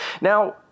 Now